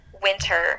winter